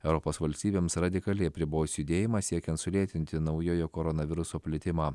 europos valstybėms radikaliai apribojus judėjimą siekiant sulėtinti naujojo koronaviruso plitimą